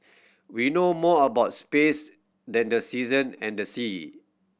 we know more about space than the season and the sea